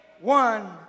one